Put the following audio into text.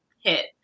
hit